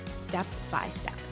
step-by-step